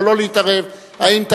זה